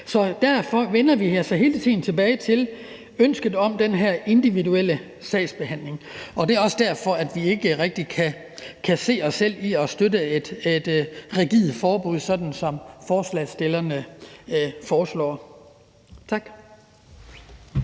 Derfor vender vi altså hele tiden tilbage til ønsket om den her individuelle sagsbehandling. Det er også derfor, at vi ikke rigtig kan se os selv i og støtte et rigidt forbud, sådan som forslagsstillerne foreslår. Tak.